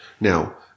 Now